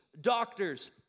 doctors